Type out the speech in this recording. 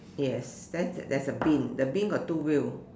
yes there's there is a bin the bin got two wheel